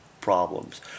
problems